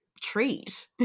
treat